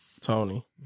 Tony